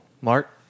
mark